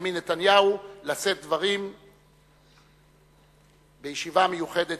בנימין נתניהו לשאת דברים בישיבה מיוחדת